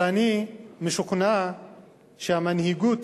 אבל אני משוכנע שבמנהיגות